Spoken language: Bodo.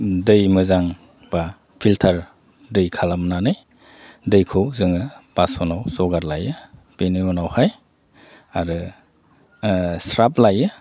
दै मोजां बा फिलटार दै खालामनानै दैखौ जोङो बासनाव जगार लायो बेनि उनावहाय आरो स्राब लायो